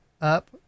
up